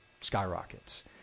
skyrockets